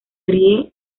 ríe